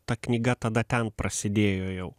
ta knyga tada ten prasidėjo jau